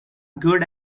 good